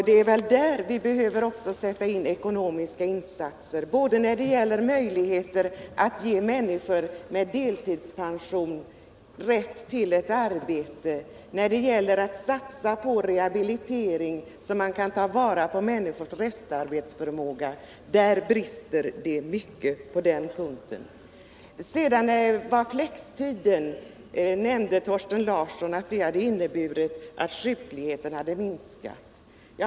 Det är där vi behöver sätta in ekonomiska insatser — både när det gäller möjligheten att ge människor med deltidspension rätt till ett arbete och när det gäller att satsa på rehabilitering, så att man kan ta vara på människors restarbetsförmåga. På den punkten brister det mycket. Sedan nämnde Thorsten Larsson att flextiden hade inneburit att sjukligheten minskat.